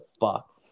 fuck